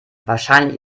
wahrscheinlich